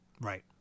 Right